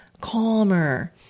calmer